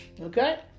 okay